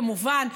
כמובן,